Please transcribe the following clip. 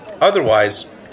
Otherwise